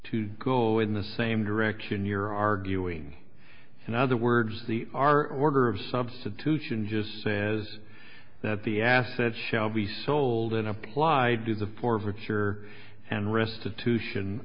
to go in the same direction you're arguing in other words the our order of substitution just says that the assets shall be sold and applied to the forfeiture and restitution